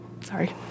Sorry